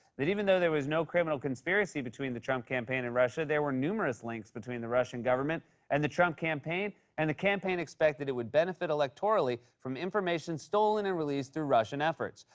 that even though there was no criminal conspiracy between the trump campaign and russia, there were numerous links between the russian government and the trump campaign, and the campaign expected it would benefit electorally from information stolen and released through russian efforts.